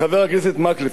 חבר הכנסת מקלב,